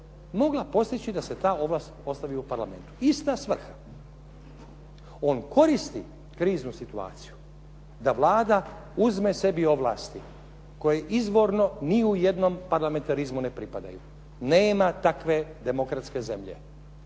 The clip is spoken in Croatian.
mogla postići da se ta ovlast ostavi u Parlamentu. Ista svrha. On koristi kriznu situaciju da Vlada uzme sebi ovlasti koje izborno ni u jednom parlamentarizmu ne pripadaju, nema takve demokratske zemlje